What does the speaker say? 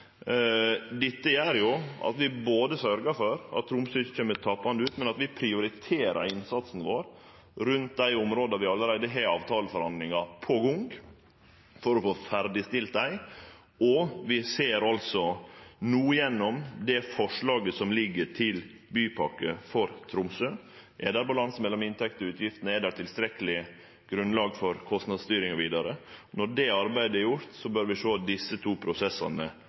Dette gjer at vi både sørgjer for at Tromsø ikkje kjem tapande ut, og at vi prioriterer innsatsen vår rundt dei områda der vi allereie har avtaleforhandlingar på gong for å få dei ferdigstilte. Vi går no gjennom forslaget som føreligg til bypakke for Tromsø. Er det balanse mellom inntekter og utgifter? Er det tilstrekkeleg grunnlag for kostnadsstyring, osv.? Når det arbeidet er gjort, bør vi sjå på desse to prosessane